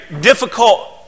difficult